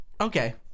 Okay